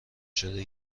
شده